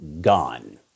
gone